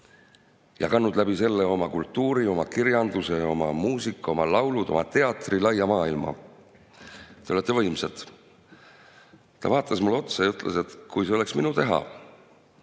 ja kandnud selle abil oma kultuuri, oma kirjanduse, oma muusika, oma laulud, oma teatri laia maailma. Te olete võimsad. Ta vaatas mulle otsa ja ütles, et kui see oleks minu teha,